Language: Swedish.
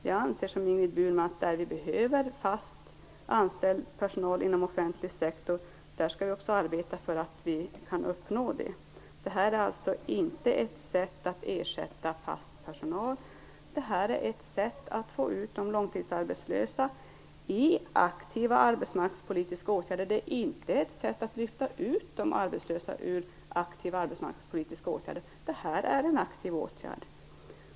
Jag anser, som Ingrid Burman, att där vi behöver fast anställda personal inom den offentliga sektorn skall vi också arbeta för att vi kan uppnå det. Det här är alltså inte ett sätt att ersätta fast anställd personal. Det här är ett sätt att få ut de långtidsarbetslösa i aktiva arbetsmarknadspolitiska åtgärder. Det är inte ett sätt att lyfta ut de arbetslösa ur aktiva arbetsmarknadspolitiska åtgärder - det här är en aktiv åtgärd.